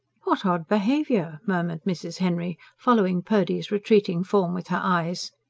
what odd behaviour! murmured mrs. henry, following purdy's retreating form with her eyes.